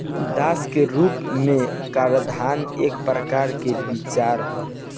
दास के रूप में कराधान एक प्रकार के विचार ह